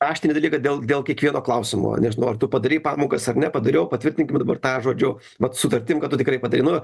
raštinį dalyką dėl dėl kiekvieno klausimo nežinau ar tu padarei pamokas ar ne padariau patvirtinkim dabar tą žodžiu vat sutartim kad tu tikrai padarei nu va